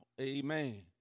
amen